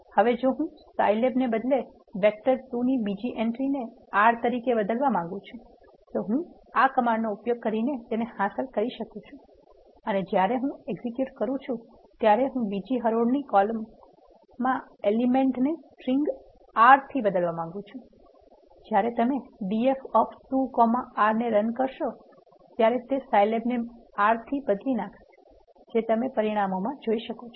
હવે જો હું સાયલેબને બદલે વેક્ટર 2 ની બીજી એન્ટ્રીને R તરીકે બદલવા માંગું છું તો હું આ કમાન્ડનો ઉપયોગ કરીને હાંસલ કરી શકું છું અને જ્યારે હું એક્ઝીક્યુટ કરું છું ત્યારે હું બીજી હરોળની બીજી કોલમમાં એલિમેન્ટ ને string R થી બદલવા માંગુ છું જ્યારે તમે df of 2 comma r ને રન કરશો તે સાયલેબ ને R થી બદલી નાખશે જે તમે પરિણામમાં જોઇ શકો છો